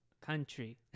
Country